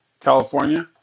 California